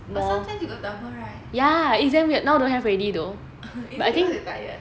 but sometimes you got double right I think cause you tired